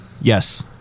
Yes